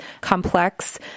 complex